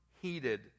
heated